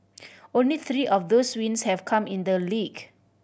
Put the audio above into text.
only three of those wins have come in the league